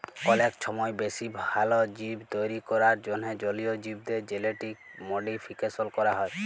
অলেক ছময় বেশি ভাল জীব তৈরি ক্যরার জ্যনহে জলীয় জীবদের জেলেটিক মডিফিকেশল ক্যরা হ্যয়